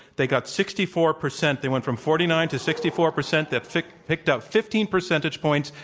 they got sixty four percent. they went from forty nine to sixty four percent. they picked picked up fifteen percentage points.